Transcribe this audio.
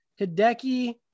Hideki